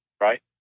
right